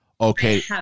Okay